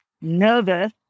nervous